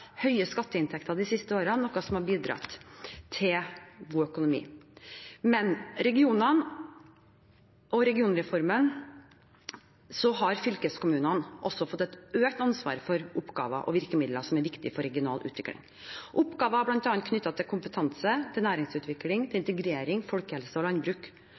høye skatteinntekter de siste årene, noe som har bidratt til god økonomi. Med regionreformen har fylkeskommunene fått et økt ansvar for oppgaver og virkemidler som er viktige for regional utvikling – oppgaver bl.a. knyttet til kompetanse, næringsutvikling, integrering, folkehelse og landbruk.